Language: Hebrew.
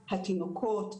התינוקות,